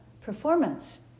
performance